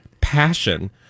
passion